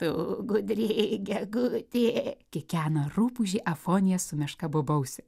tu gudri gegutė kikena rupūžė afonija su meška bobause